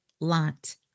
lot